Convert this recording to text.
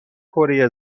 کره